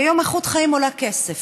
כי היום איכות חיים עולה כסף,